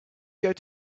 going